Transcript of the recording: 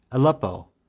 aleppo,